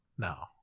No